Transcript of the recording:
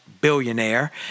billionaire